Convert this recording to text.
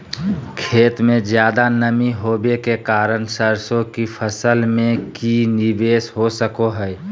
खेत में ज्यादा नमी होबे के कारण सरसों की फसल में की निवेस हो सको हय?